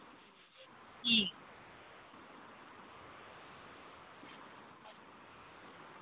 ठीक